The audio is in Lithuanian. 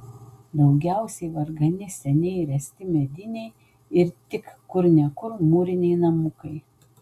daugiausiai vargani seniai ręsti mediniai ir tik kur ne kur mūriniai namukai